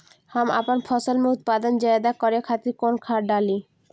हम आपन फसल में उत्पादन ज्यदा करे खातिर कौन खाद डाली?